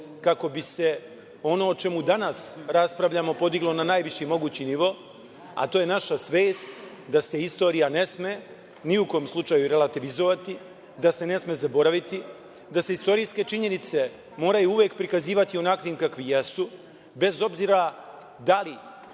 kako bi se ono o čemu danas raspravljamo podiglo na najviši mogući nivo, a to naša svest da se istorija ne sme ni u kom slučaju relativizovati, da se ne sme zaboraviti, da se istorijske činjenice moraju uvek prikazivati onakvim kakvi jesu bez obzira da li